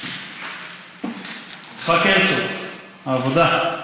יצחק הרצוג מהעבודה: